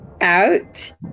out